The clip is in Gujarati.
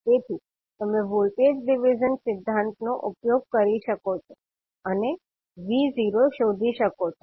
તેથી તમે વોલ્ટેજ ડિવિઝન સિદ્ધાંત નો ઉપયોગ કરી શકો છો અને 𝑉0 શોધી શકો છો